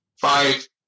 five